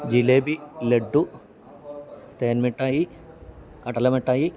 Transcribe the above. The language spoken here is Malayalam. ജിലേബി ലഡു തേൻമിഠായി കടല മിഠായി